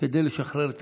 כדי לשחרר.